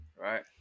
Right